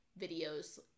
videos